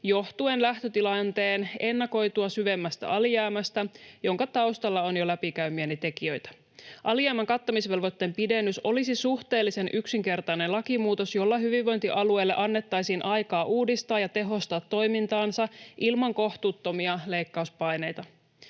johtuen lähtötilanteen ennakoitua syvemmästä alijäämästä, jonka taustalla on jo läpikäymiäni tekijöitä. Alijäämän kattamisvelvoitteen pidennys olisi suhteellisen yksinkertainen lakimuutos, jolla hyvinvointialueille annettaisiin aikaa uudistaa ja tehostaa toimintaansa ilman kohtuuttomia leikkauspaineita.